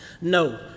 No